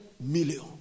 million